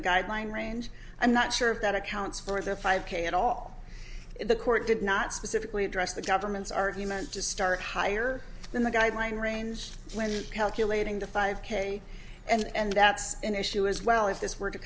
the guideline range i'm not sure of that accounts for the five k at all the court did not specifically address the government's argument to start higher than the guideline range when calculating the five k and that's an issue as well if this were to